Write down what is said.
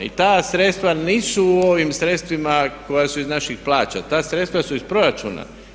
I ta sredstva nisu u ovim sredstvima koja su iz naših plaća, ta sredstva su iz proračuna.